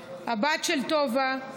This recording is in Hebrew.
הבת של טובה,